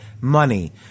money –